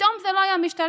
פתאום זה לא היה משתלם.